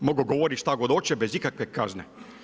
Mogu govoriti šta god hoće, bez ikakve kazne.